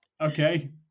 Okay